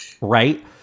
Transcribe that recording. Right